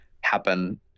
happen